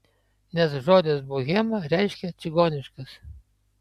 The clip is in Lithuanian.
nes žodis bohema reiškia čigoniškas